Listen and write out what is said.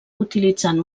utilitzant